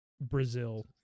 Brazil